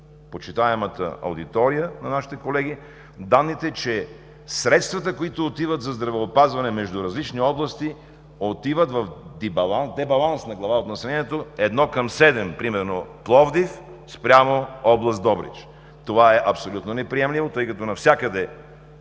почитаемата аудитория на нашите колеги данните, че средствата, които отиват за здравеопазване между различни области, отиват в дебаланс на глава от населението едно към седем, примерно Пловдив спрямо област Добрич. Това е абсолютно неприемливо, тъй като навсякъде